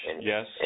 Yes